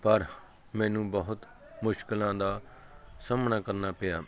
ਪਰ ਮੈਨੂੰ ਬਹੁਤ ਮੁਸ਼ਕਿਲਾਂ ਦਾ ਸਾਹਮਣਾ ਕਰਨਾ ਪਿਆ